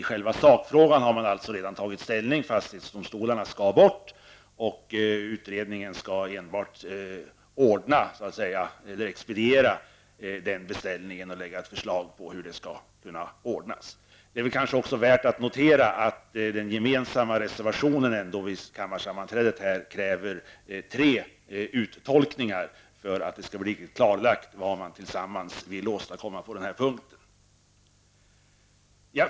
I själva sakfrågan har man alltså redan tagit ställning; fastighetsdomstolarna skall bort, och utredningen skall enbart expediera den beställningen och sedan lägga fram ett förslag till hur det skall ordnas. Det kanske också är värt att notera att den gemensamma reservationen ändå vid detta kammarsammanträde kräver tre uttolkningar för att det skall bli klarlagt vad man tillsammans vill åstadkomma på den här punkten.